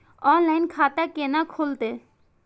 Online खाता केना खुलते?